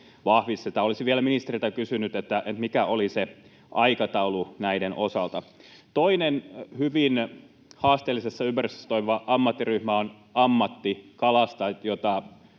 Olisin vielä ministeriltä kysynyt: mikä oli se aikataulu näiden osalta? Toinen hyvin haasteellisessa ympäristössä toimiva ammattiryhmä on ammattikalastajat,